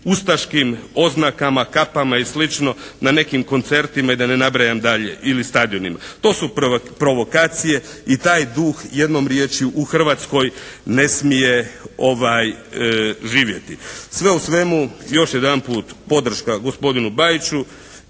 ustaškim oznakama, kapama i slično na nekim koncertima i da ne nabrajam dalje ili stadionima. To su provokacije i taj duh jednom riječju u Hrvatskoj ne smije živjeti. Sve u svemu još jedanput podrška gospodinu Bajiću